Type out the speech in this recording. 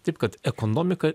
taip kad ekonomika